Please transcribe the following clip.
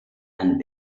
and